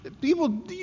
People